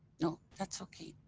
no, that's okay.